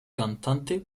cantante